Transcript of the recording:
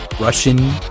Russian